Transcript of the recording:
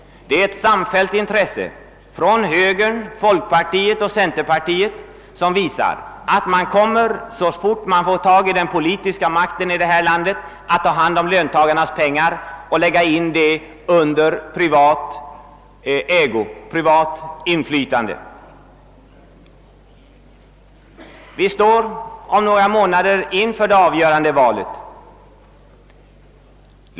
Det finns ett samfällt intresse hos högern, folkpartiet och centerpartiet att, så fort man får den politiska makten i detta land, ta hand om löntagarnas pengar och lägga dessa under privat inflytande. Vi står om några månader inför det avgörande valet.